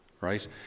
right